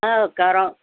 ꯑꯧ ꯀꯧꯔꯣ